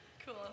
Cool